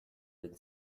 den